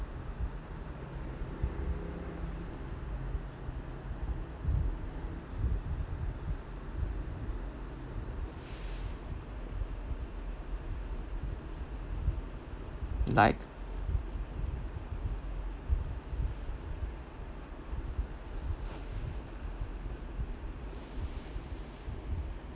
like